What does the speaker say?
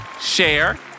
Share